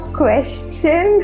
question